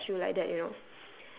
they will judge you like that you know